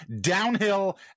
downhill